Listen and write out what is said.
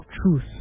truth